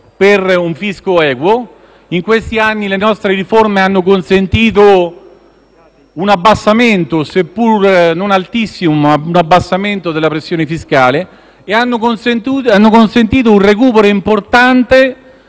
per un fisco equo. In questi anni le nostre riforme hanno consentito un abbassamento, seppur non altissimo, della pressione fiscale, nonché un recupero importante